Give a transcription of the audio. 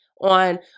on